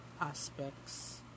aspects